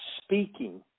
speaking